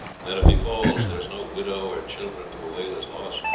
and that if he falls, there is no widow or children to bewail his loss.